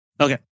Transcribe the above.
Okay